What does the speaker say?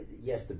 Yes